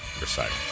recital